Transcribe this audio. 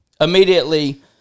Immediately